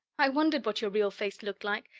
i wondered what your real face looked like.